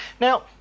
Now